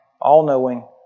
all-knowing